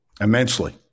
immensely